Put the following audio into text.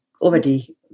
already